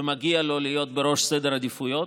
ומגיע לו להיות בראש סדר העדיפויות.